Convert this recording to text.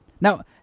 now